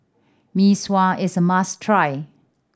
Mee Sua is a must try